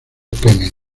kennedy